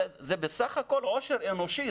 זה בסך הכול עושר אנושי.